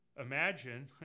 Imagine